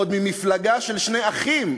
ועוד ממפלגה של שני אחים,